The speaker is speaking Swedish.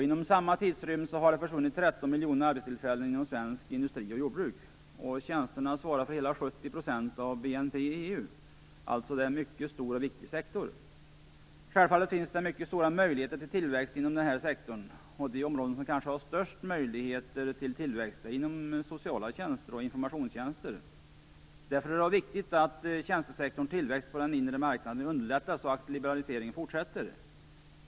Inom samma tidsrymd har 13 miljoner arbetstillfällen försvunnit inom svensk industri och jordbruk. Tjänsterna svarar för hela 70 % av BNP i EU. Det är alltså en mycket stor och viktig sektor. Självfallet finns det stora möjligheter till tillväxt inom denna sektor. De områden som kanske har de största möjligheterna till tillväxt är inom sociala tjänster och informationstjänster. Därför är det viktigt att tjänstesektorns tillväxt på den inre marknaden underlättas så att liberaliseringen kan fortsätta.